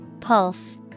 Pulse